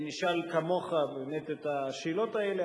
אני נשאל כמוך את השאלות האלה,